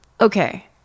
Okay